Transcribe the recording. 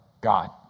God